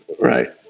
right